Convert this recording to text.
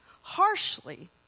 Harshly